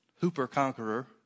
hooper-conqueror